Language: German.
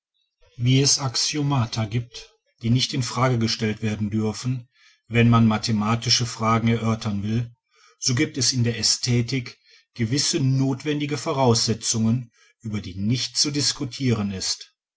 wie es axiomata gibt die nicht in frage gestellt werden dürfen wenn man mathematische fragen erörtern will so gibt es in der ästhetik gewisse notwendige voraussetzungen über die nicht zu diskutieren ist